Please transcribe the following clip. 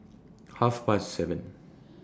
Half Past seven